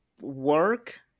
work